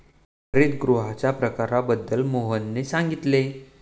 हरितगृहांच्या प्रकारांबद्दल मोहनने सांगितले